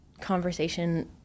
conversation